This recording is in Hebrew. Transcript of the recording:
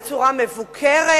בצורה מבוקרת.